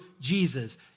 Jesus